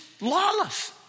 lawless